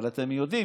אבל אתם יודעים,